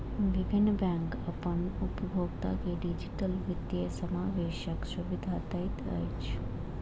विभिन्न बैंक अपन उपभोगता के डिजिटल वित्तीय समावेशक सुविधा दैत अछि